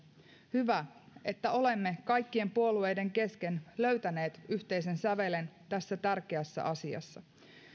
hyvä että olemme kaikkien puolueiden kesken löytäneet yhteisen sävelen tässä tärkeässä asiassa